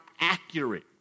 accurate